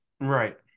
Right